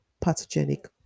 pathogenic